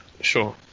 Sure